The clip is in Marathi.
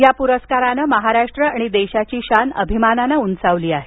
या प्रस्काराने महाराष्ट्र आणि देशाची मान अभिमानाने उंचावली आहे